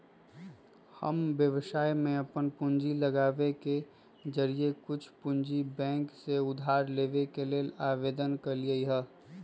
हम व्यवसाय में अप्पन पूंजी लगाबे के जौरेए कुछ पूंजी बैंक से उधार लेबे के लेल आवेदन कलियइ ह